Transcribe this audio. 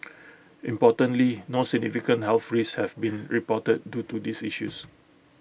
importantly no significant health risks have been reported due to these issues